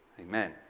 Amen